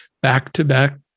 back-to-back